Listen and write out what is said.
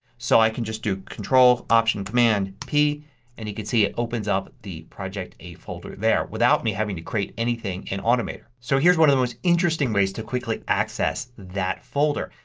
so i can just do control option command p and you could see it opens up the project a folder there without me having to create anything in automator. so here's one of the most interesting ways to quickly access that folder.